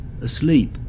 asleep